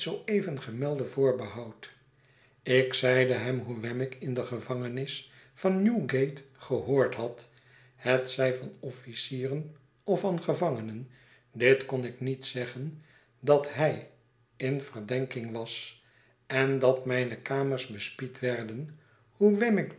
zoo even gemelde voorbehoud ik zeide hem hoe wemmick in de gevangenis van newgat e gehoord had hetzij van officierenof van gevangenen dit kon ik niet zeggen dat hij in verdenking was en dat mijnekamers bespied werden hoe wemmick